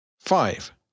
Five